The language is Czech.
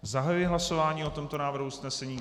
Zahajuji hlasování o tomto návrhu usnesení.